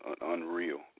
unreal